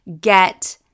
get